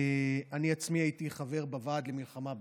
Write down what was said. אני עצמי הייתי חבר בוועד למלחמה באיידס,